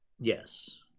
Yes